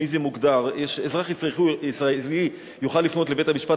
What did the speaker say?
מי זה מוגדר: אזרח ישראלי יוכל לפנות לבית-המשפט